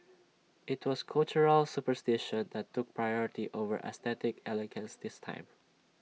IT was cultural superstition that took priority over aesthetic elegance this time